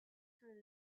for